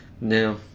No